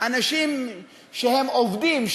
אנשים שעובדים,